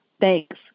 Thanks